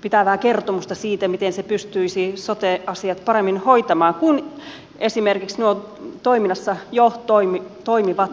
pitävää kertomusta siitä miten se pystyisi sote asiat hoitamaan paremmin kuin esimerkiksi nuo toiminnassa jo toimivat yhteistoiminta alueet